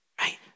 right